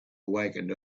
awakened